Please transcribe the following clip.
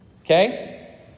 Okay